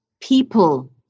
people